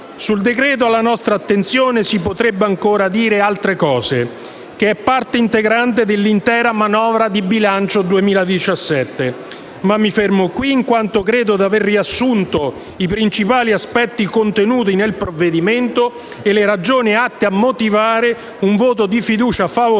Sul decreto-legge alla nostra attenzione si potrebbe dire ancora molto, visto che è parte integrante dell'intera manovra di bilancio per il 2017, ma mi fermo qui, in quanto credo di aver riassunto i principali aspetti contenuti nel provvedimento e le ragioni atte a motivare un voto di fiducia favorevole